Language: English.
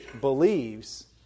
believes